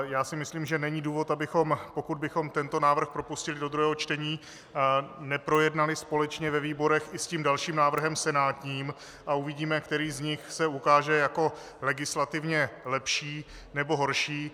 Já si myslím, že není důvod, abychom, pokud bychom tento návrh propustili do druhého čtení, neprojednali společně ve výborech i s tím dalších návrhem senátním, a uvidíme, který z nich se ukáže jako legislativně lepší nebo horší.